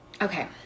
Okay